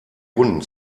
runden